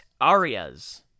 Arias